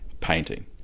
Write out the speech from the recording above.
painting